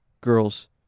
girls